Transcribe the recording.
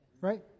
Right